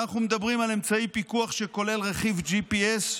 אנחנו מדברים על אמצעי פיקוח שכולל רכיב GPS,